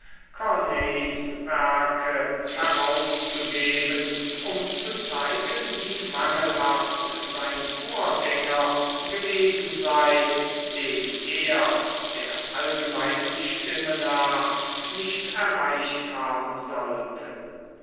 herauszugeben um zu zeigen wie mangelhaft sein vorgänger gewesen sei den er der allgemeinen stimme nach nicht erreicht haben sollte